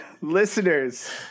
Listeners